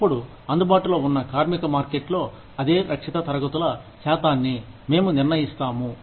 అప్పుడు అందుబాటులో ఉన్న కార్మిక మార్కెట్లో అదే రక్షిత తరగతుల శాతాన్ని మేము నిర్ణఇస్తాము